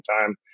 time